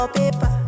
paper